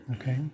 Okay